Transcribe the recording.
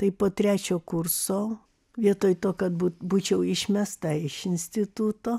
tai po trečio kurso vietoj to kad būt būčiau išmesta iš instituto